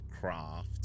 craft